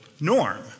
norm